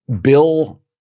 Bill